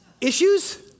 issues